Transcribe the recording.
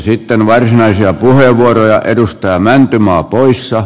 sitten varsinaisia puheenvuoroja edustaa mäntymaa poissa